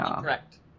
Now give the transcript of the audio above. Correct